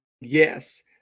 yes